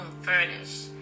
furnished